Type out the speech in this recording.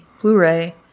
Blu-ray